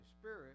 Spirit